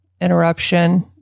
interruption